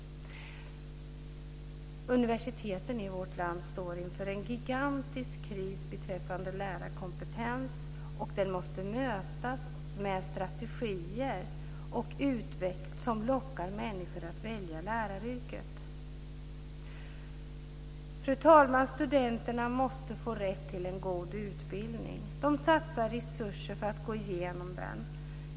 Universiteten i vårt land står inför en gigantisk kris beträffande lärarkompetens, och den måste mötas med strategier så att man lockar människor att välja läraryrket. Fru talman! Studenterna måste få rätt till en god utbildning. De satsar resurser för att gå igenom den.